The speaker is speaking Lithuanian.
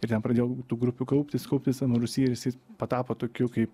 ir ten pradėjo tų grupių kauptis kauptis ten rūsy visi patapo tokiu kaip